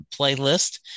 playlist